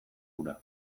hura